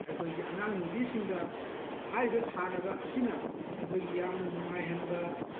ꯑꯩꯈꯣꯏꯒꯤ ꯑꯉꯥꯡꯅꯨꯄꯤꯁꯤꯡꯗ ꯍꯥꯏꯔꯤꯕ ꯁꯥꯟꯅꯕ ꯑꯁꯤꯅ ꯑꯩꯈꯣꯏꯒꯤ ꯌꯥꯝꯅ ꯅꯨꯡꯉꯥꯏꯍꯟꯕ